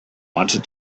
wanted